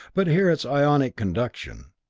but here it's ionic conduction.